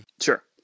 Sure